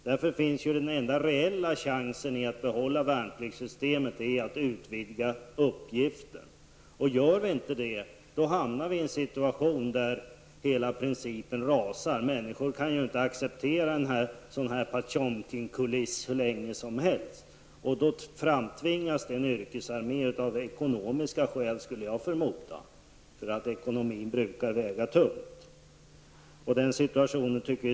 Det finns därför endast en reell chans att behålla värnpliktssystemet, och det är att utvidga uppgiften. Gör vi inte detta hamnar vi i en situation där hela principen rasar. Människor kan ju inte acceptera en sådan här Potemkin-kuliss hur länge som helst. Då förmodar jag att det framtvingas en yrkesarmé av ekonomiska skäl. Ekonomin brukar ju väga tungt. Det är synd att komma i den situationen, tycker jag.